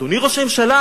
אדוני ראש הממשלה,